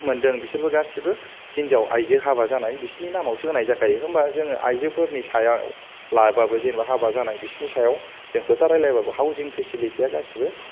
मोनदों बिसोरबो गासिबो हिनजाव आयजो हाबा जानाय बिसिनि नामावसो होनाय जाखायो होनबा जों आयजोफोरनि सायाव लाबाबो जेनेबा हाबा जानाय बिसिनि सायाव जों खोथा रायलायबाबो हाउसिं फेसिलितिया गासिबो